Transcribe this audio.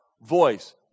Voice